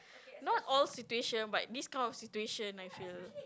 not all situation but this kind of situation I feel